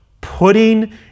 putting